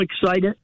excited